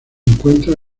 encuentra